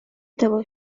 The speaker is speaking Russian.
того